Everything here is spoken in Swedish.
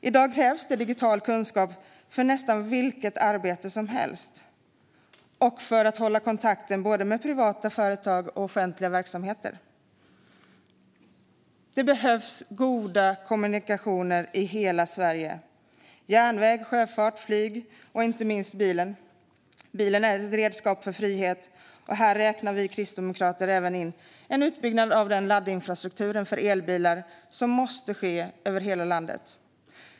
I dag krävs det digital kunskap för nästan vilket arbete som helst, och för att hålla kontakt med både privata företag och offentliga verksamheter. Det behövs goda kommunikationer i hela Sverige: järnväg, sjöfart, flyg och inte minst bil. Bilen är ett redskap för frihet, och här räknar vi kristdemokrater även in den utbyggnad av laddinfrastrukturen för elbilar som måste ske över hela landet.